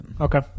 okay